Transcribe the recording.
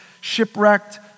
shipwrecked